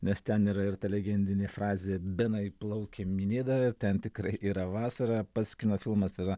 nes ten yra ir ta legendinė frazė benai plaukiam į nidą ir ten tikrai yra vasara pats kino filmas yra